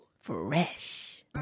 Fresh